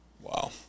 Wow